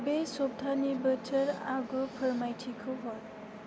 बे सप्तानि बोथोर आगु फोरमायथिखौ हर